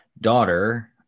daughter